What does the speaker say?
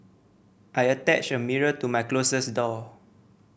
I attached a mirror to my closets door